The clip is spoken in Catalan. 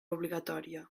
obligatòria